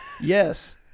yes